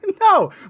no